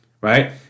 right